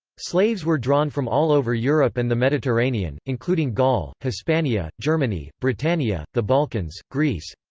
slaves were drawn from all over europe and the mediterranean, including gaul, hispania, germany, britannia, the balkans, greece.